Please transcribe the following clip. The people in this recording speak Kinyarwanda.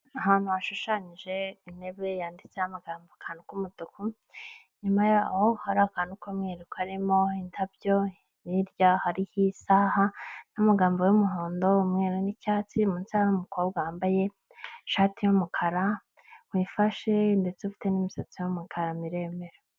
Ahantu hashushanyije intebe yanditseho amagambo mu kantu k'umutuku, inyuma yaho hari akantu k'umwe karimo indabyo, hirya hariho isaha n'amagambo y'umuhondo, umweru n'icyatsi munsi hari umukobwa wambaye ishati y'umukara wiyifashe ndetse ufite n'imisatsi y'umukara miremire.